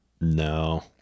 No